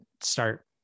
start